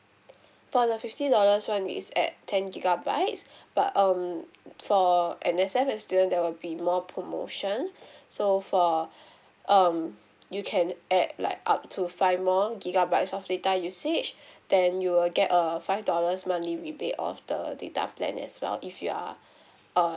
for the fifty dollars one is at ten gigabytes but um for N_S_F and student there will be more promotion so for um you can add like up to five more gigabytes of data usage then you will get a five dollars monthly rebate of the data plan as well if you are uh